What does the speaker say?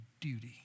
duty